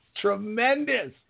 tremendous